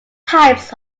types